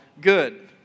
Good